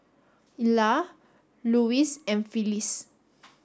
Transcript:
Ila Louis and Phyllis